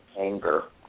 anger